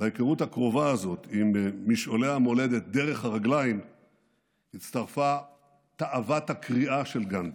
הקרובה הזאת עם משעולי המולדת דרך הרגליים הצטרפה תאוות הקריאה של גנדי.